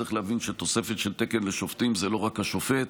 צריך להבין שתוספת של תקן לשופטים זה לא רק השופט,